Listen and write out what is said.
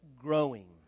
growing